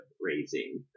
raising